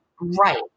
right